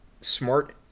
smart